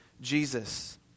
Jesus